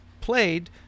played